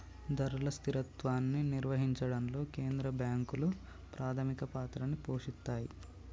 ధరల స్థిరత్వాన్ని నిర్వహించడంలో కేంద్ర బ్యాంకులు ప్రాథమిక పాత్రని పోషిత్తాయ్